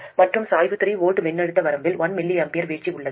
மற்றும் சாய்வு 3 V மின்னழுத்த வரம்பில் 1 mA வீழ்ச்சி உள்ளது